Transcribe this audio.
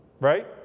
Right